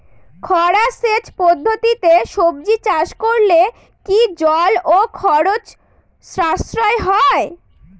খরা সেচ পদ্ধতিতে সবজি চাষ করলে কি জল ও খরচ সাশ্রয় হয়?